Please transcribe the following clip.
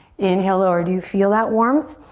inhale, lower. do you feel that warmth?